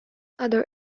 other